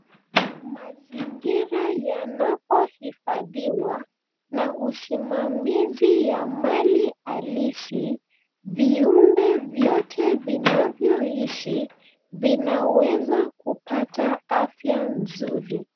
Mazingira yanapohifadhiwa na usimamizi ya mali halisi viumbe vyote vinavyoishi vinaweza kupata afya nzuri.